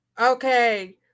okay